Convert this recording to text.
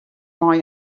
mei